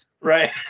Right